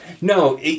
No